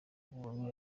butumwa